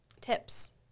tips